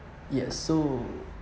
yes so